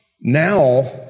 Now